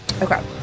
okay